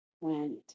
went